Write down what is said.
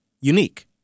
unique